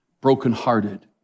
brokenhearted